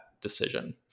decision